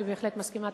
אני בהחלט מסכימה.